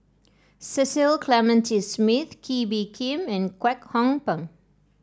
Cecil Clementi Smith Kee Bee Khim and Kwek Hong Png